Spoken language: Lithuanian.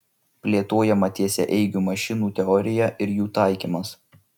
plėtojama tiesiaeigių mašinų teorija ir jų taikymas